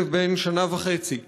כלב בן שנה וחצי,